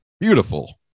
Beautiful